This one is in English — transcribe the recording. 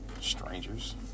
strangers